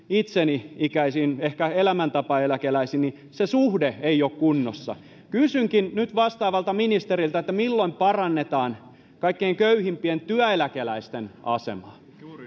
itseni ikäisiin ehkä elämäntapaeläkeläisiin se suhde ei ole kunnossa kysynkin nyt vastaavalta ministeriltä milloin parannetaan kaikkein köyhimpien työeläkeläisten asemaa